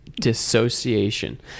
dissociation